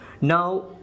now